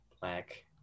black